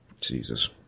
Jesus